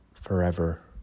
Forever